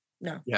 no